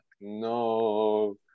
no